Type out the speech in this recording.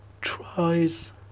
tries